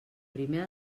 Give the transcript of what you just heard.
primer